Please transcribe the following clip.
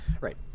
right